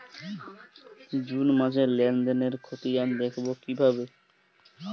June মাসের লেনদেনের খতিয়ান দেখবো কিভাবে?